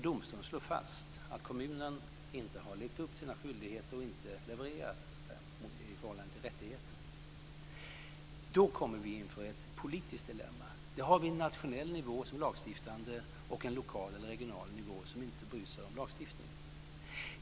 Om domstolen slår fast att kommunen inte har levt upp till sina skyldigheter och inte levererat det som den skulle när det gäller de här rättigheterna kommer vi inför ett politiskt dilemma. Då har vi en nationell nivå som är lagstiftande och en lokal eller regional nivå som inte bryr sig om lagstiftningen.